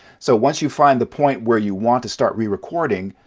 so, once you find the point where you want to start re-recording,